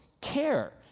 care